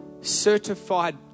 certified